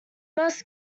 must